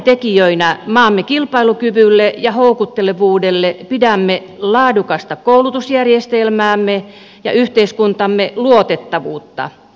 avaintekijöinä maamme kilpailukyvylle ja houkuttelevuudelle pidämme laadukasta koulutusjärjestelmäämme ja yhteiskuntamme luotettavuutta